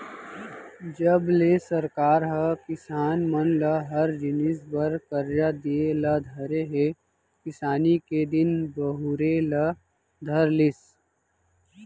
जब ले सरकार ह किसान मन ल हर जिनिस बर करजा दिये ल धरे हे किसानी के दिन बहुरे ल धर लिस